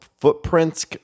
footprints